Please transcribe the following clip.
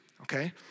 okay